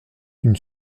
une